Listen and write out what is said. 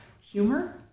humor